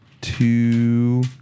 two